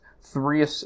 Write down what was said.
three